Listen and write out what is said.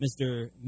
Mr